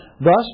Thus